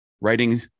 writing